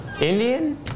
Indian